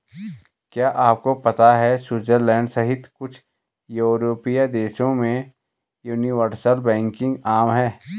क्या आपको पता है स्विट्जरलैंड सहित कुछ यूरोपीय देशों में यूनिवर्सल बैंकिंग आम है?